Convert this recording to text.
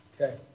Okay